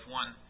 one